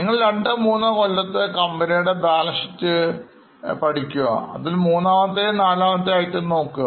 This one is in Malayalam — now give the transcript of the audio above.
നിങ്ങൾ രണ്ടോ മൂന്നോ കൊല്ലത്ത് കമ്പനിയുടെ ബാലൻസ്ഷീറ്റ് പഠിക്കുക അതിൽമൂന്നാമത്തെയുംനാലാമത്തെയും ഐറ്റംനോക്കുക